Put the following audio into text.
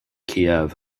kiev